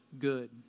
good